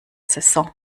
saison